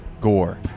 gore